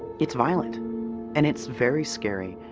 it's violent and it's very scary.